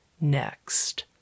next